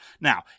Now